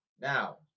Now